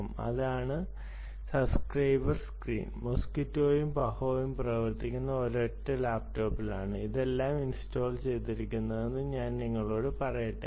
അതിനാൽ ഇതാണ് subscriber screen മോസ്ക്വിറ്റോയും പഹോയും പ്രവർത്തിക്കുന്ന ഒരൊറ്റ ലാപ്ടോപ്പിലാണ് ഇതെല്ലാം ഇൻസ്റ്റാൾ ചെയ്തതെന്ന് ഞാൻ നിങ്ങളോട് പറയട്ടെ